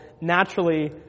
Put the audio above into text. naturally